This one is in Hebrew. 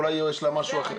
אולי יש לה משהו אחר?